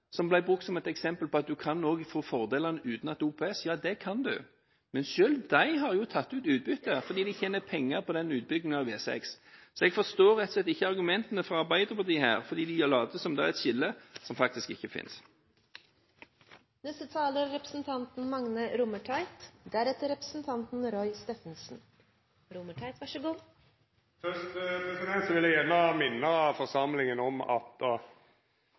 som ble brukt som et eksempel på at en også kan få fordeler uten at det er OPS, det kan en – har tatt ut utbytte, fordi de tjener penger på utbyggingen av E6. Jeg forstår rett og slett ikke argumentene fra Arbeiderpartiet her. De later som om det er et skille – som faktisk ikke